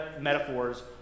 metaphors